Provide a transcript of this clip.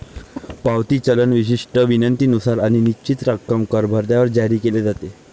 पावती चलन विशिष्ट विनंतीनुसार आणि निश्चित रक्कम कर भरल्यावर जारी केले जाते